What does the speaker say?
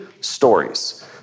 stories